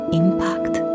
impact